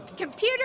computer